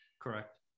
Correct